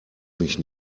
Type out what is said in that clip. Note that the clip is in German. mich